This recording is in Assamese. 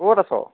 ক'ত আছ